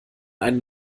einen